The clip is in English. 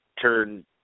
turn